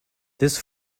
this